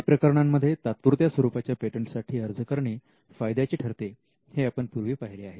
काही प्रकरणांमध्ये तात्पुरत्या स्वरूपाच्या पेटंटसाठी अर्ज करणे फायद्याचे ठरते हे आपण पूर्वी पाहिले आहे